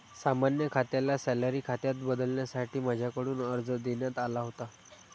सामान्य खात्याला सॅलरी खात्यात बदलण्यासाठी माझ्याकडून अर्ज देण्यात आला होता